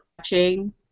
watching